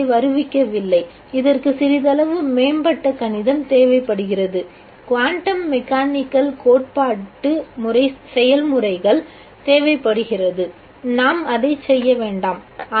நான் இதை வருவிக்கவில்லை இதற்கு சிறிதளவு மேம்பட்ட கணிதம் தேவைப்படுகிறது குவாண்டம் மெக்கானிகல் கோட்பாட்டு செயல்முறைகள் தேவைப்படுகிறது நாம் அதை செய்ய வேண்டாம்